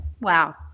wow